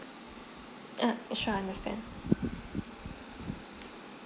err sure understand